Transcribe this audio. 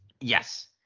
Yes